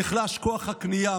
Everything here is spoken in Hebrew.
נחלש כוח הקנייה,